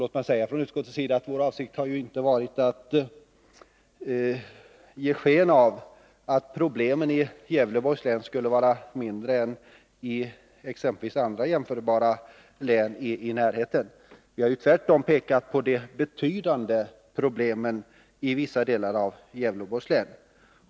Låt mig säga att utskottets avsikt inte varit att ge sken av att problemen i Gävleborgs län skulle vara mindre än i andra jämförbara län i närheten. Vi har tvärtom pekat på de betydande problemen i vissa delar av Gävleborgs län.